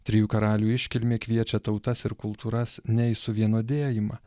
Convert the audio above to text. trijų karalių iškilmė kviečia tautas ir kultūras ne į suvienodėjimą